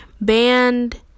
band